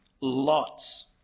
Lots